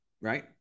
right